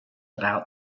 about